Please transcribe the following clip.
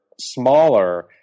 smaller